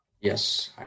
Yes